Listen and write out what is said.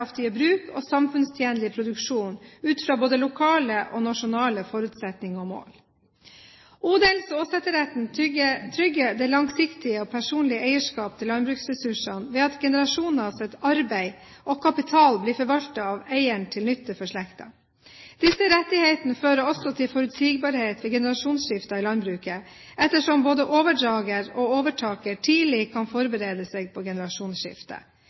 bærekraftige bruk og samfunnstjenlig produksjon ut fra både lokale og nasjonale forutsetninger og mål. Odels- og åsetesretten trygger det langsiktige og personlige eierskapet til landbruksressursene ved at generasjoners arbeid og kapital blir forvaltet av eieren til nytte for slekten. Disse rettighetene fører også til forutsigbarhet ved generasjonsskifter i landbruket, ettersom både overdrager og overtaker tidlig kan forberede seg på generasjonsskiftet.